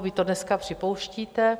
Vy to dneska připouštíte.